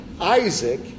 Isaac